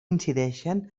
incideixen